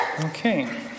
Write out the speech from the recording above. Okay